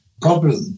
problem